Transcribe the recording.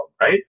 right